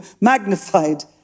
magnified